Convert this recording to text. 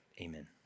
amen